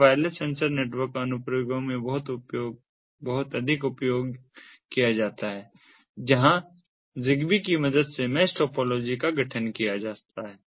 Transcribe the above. यह wireless sensor network अनुप्रयोगों में बहुत अधिक उपयोग किया जाता है जहां ZigBee की मदद से मैश टोपोलॉजी का गठन किया जाता है